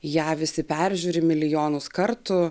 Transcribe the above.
ją visi peržiūri milijonus kartų